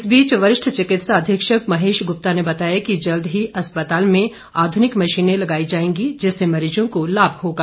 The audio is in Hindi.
इस बीच वरिष्ठ चिकित्सा अधीक्षक महेश गुप्ता ने बताया कि जल्द ही अस्पताल में आधुनिक मशीनें लगाई जाएंगी जिससे मरीजों को लाभ होगा